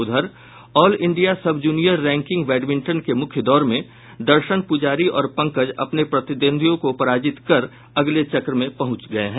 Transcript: उधर all India sub junior ranking badminton के मुख्य दौर में दर्शन पुजारी और पंकज अपने प्रतिद्वंदियों को पराजित कर पहुंचे हैं